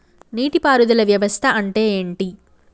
నీటి పారుదల వ్యవస్థ అంటే ఏంటి?